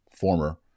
former